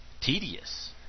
tedious